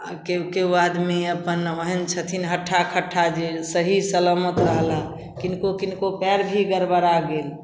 केओ केओ आदमी अपन ओहन छथिन हट्ठा कट्ठा जे सही सलामत रहलाह किनको किनको पाएर भी गड़बड़ा गेल